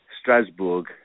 Strasbourg